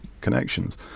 connections